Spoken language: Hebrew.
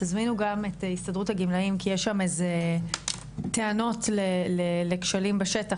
תזמינו גם את הסתדרות הגמלאים כי יש שם איזה טענות לכשלים בשטח,